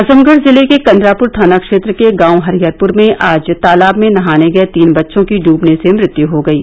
आजमगढ़ जिले के कंघरापुर थाना क्षेत्र के गांव हरिहरपुर में आज तालाब में नहाने गए तीन बच्चों की डूबने से मृत्यु हो गयी